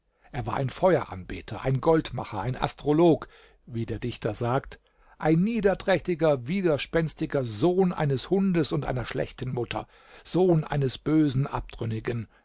er war ein feueranbeter ein goldmacher ein astrolog wie der dichter sagt ein niederträchtiger widerspenstiger sohn eines hundes und einer schlechten mutter sohn eines bösen abtrünnigen